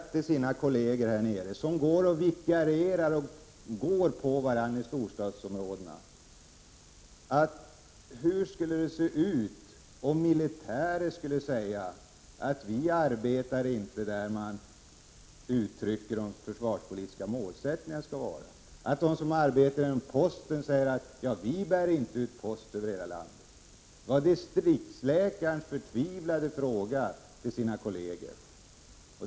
Till kolleger här nere som går och vikarierar — och nästan går på varandra — i storstadsområdena, hade de sagt: Hur skulle det se ut om militärer skulle säga att de arbetar inte där de skall vara enligt vad man uttrycker i de försvarspolitiska målsättningarna? Och hur skulle det se ut om de som arbetar inom posten sade att ”vi bär inte ut post över hela landet”? Detta var alltså distriktsläkarens förtvivlade frågor till hans kolleger.